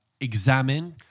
examine